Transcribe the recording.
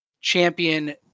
champion